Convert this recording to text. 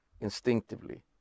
instinctively